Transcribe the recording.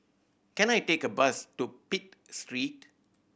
can I take a bus to Pitt Street